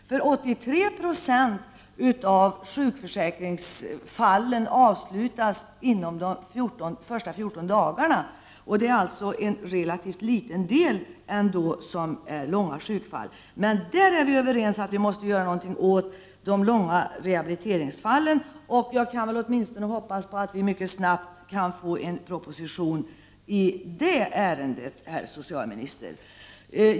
83 Jo av sjukförsäkringsfallen avslutas inom de första 14 dagarna. Det är alltså en relativt liten del som är långtidssjukfall. Vi är dock överens om att vi måste göra något åt långtidssjukskrivningarna, och jag hoppas att vi mycket snabbt kan få en proposition i det ärendet, herr socialminister.